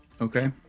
Okay